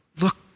look